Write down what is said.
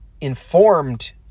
informed